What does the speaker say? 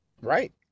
right